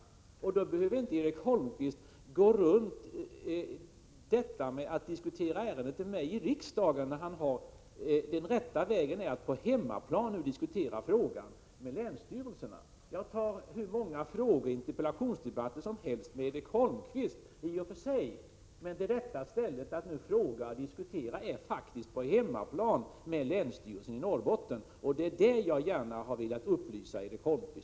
Därför behöver Erik Holmkvist inte diskutera ärendet med mig här i riksdagen. Den rätta vägen är ju att på hemmaplan diskutera frågan med länsstyrelsen. Jag äri och för sig beredd att ha hur många frågeoch interpellationsdebatter som helst med Erik Holmkvist. Men det är faktiskt på hemmaplan, hos länsstyrelsen i Norrbotten, som man skall fråga om och diskutera sådana här saker. Det är det som jag gärna ville upplysa Erik Holmkvist om.